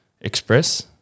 express